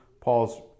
Paul's